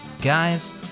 Guys